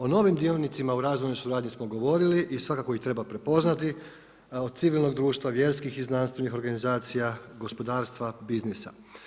O novim dionicima u razvojnoj suradnji smo govorili i svakako ih treba prepoznati od civilnog društva, vjerskih i znanstvenih organizacija, gospodarstva, biznisa.